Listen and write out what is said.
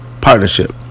partnership